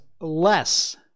less